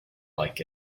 like